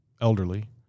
elderly